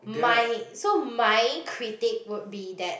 my so my critic would be that